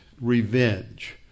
revenge